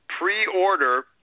pre-order